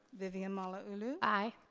vivian malauulu. i.